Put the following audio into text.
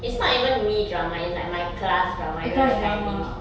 it's not even me drama is like my class drama you know that kind of thing